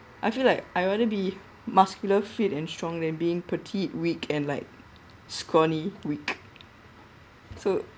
I feel like I'd rather be muscular fit and strong than being petite weak and like scrawny weak so